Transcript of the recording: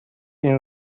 این